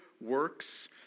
works